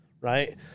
right